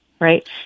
right